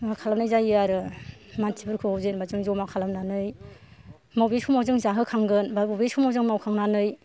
माबा खालामनाय जायो आरो मानसिफोरखौ जेनबा जों जमा खालामनानै मबे समाव जों जाहोखांगोन बा मबे समाव जों मावखांनानै